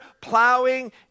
plowing